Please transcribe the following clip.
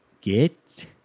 Get